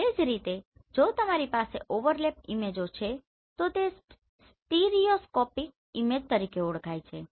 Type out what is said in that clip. તે જ રીતે જો તમારી પાસે ઓવરલેપ ઈમેજો છે તો તે સ્ટીરયોસ્કોપિક ઈમેજ તરીકે ઓળખાય છે